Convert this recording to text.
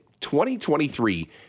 2023